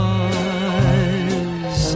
eyes